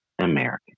American